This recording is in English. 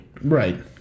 Right